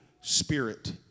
spirit